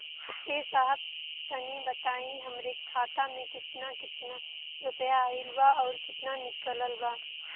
ए साहब तनि बताई हमरे खाता मे कितना केतना रुपया आईल बा अउर कितना निकलल बा?